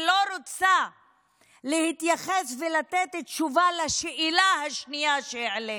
לא רוצה להתייחס ולתת תשובה על השאלה השנייה שהעליתי.